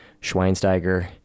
Schweinsteiger